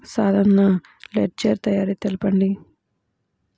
సాధారణ లెడ్జెర్ తయారి తెలుపండి?